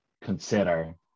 consider